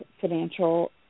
financial